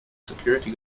security